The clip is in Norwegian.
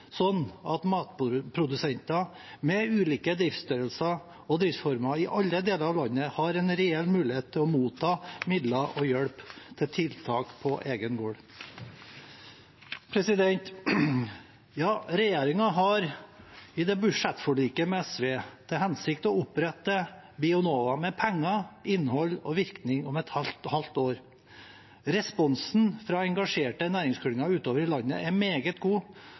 at matprodusenter med ulike driftsstørrelser og driftsformer i alle deler av landet har en reell mulighet til å motta midler og hjelp til tiltak på egen gård. Regjeringen har i budsjettforliket med SV til hensikt å opprette Bionova med penger, innhold og virkning om et halvt år. Responsen fra engasjerte næringsklynger utover i landet er meget god.